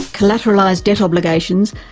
collateralised debt obligation,